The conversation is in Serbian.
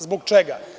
Zbog čega?